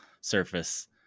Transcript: surface